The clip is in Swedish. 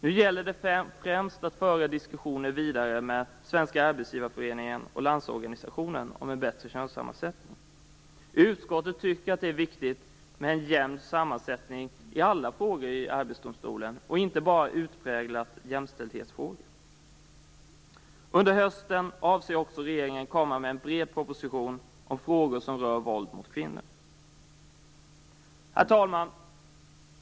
Nu gäller det främst att med Svenska Arbetsgivareföreningen och Landsorganisationen föra diskussionen vidare om en bättre könssammansättning. Utskottet tycker att det är viktigt med en jämn sammansättning i alla frågor i Arbetsdomstolen, alltså inte bara utpräglade jämställdhetsfrågor. Vidare avser regeringen att under hösten komma med en bred proposition om frågor som rör våld mot kvinnor. Herr talman!